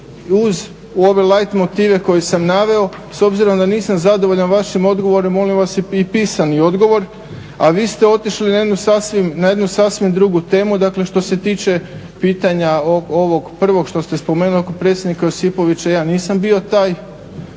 uz ove light motive koje sam naveo. S obzirom da nisam zadovoljan vašim odgovorom, molim vas i pisani odgovor, a vi ste otišli na jednu sasvim drugu temu. Dakle što se tiče pitanja ovog prvog što ste spomenuli oko predsjednika Josipovića, ja nisam bio taj.